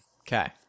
Okay